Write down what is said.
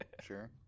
sure